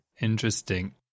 Interesting